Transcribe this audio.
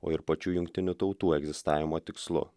o ir pačių jungtinių tautų egzistavimo tikslu